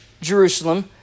Jerusalem